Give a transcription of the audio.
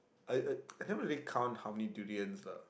I I I never really count how many durians lah